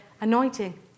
anointing